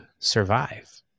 survive